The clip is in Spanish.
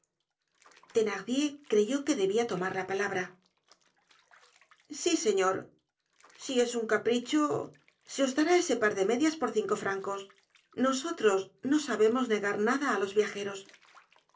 at thenardier creyó que debia tomar la palabra sí señor si es ún capricho se os dará ese par de medias por cinco francos nosotros no sabemos negar nada á los viajeros